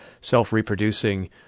self-reproducing